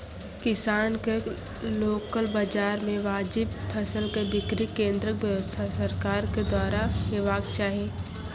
किसानक लोकल बाजार मे वाजिब फसलक बिक्री केन्द्रक व्यवस्था सरकारक द्वारा हेवाक चाही?